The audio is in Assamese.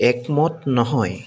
একমত নহয়